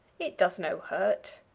it does no hurt.